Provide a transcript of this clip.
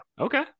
Okay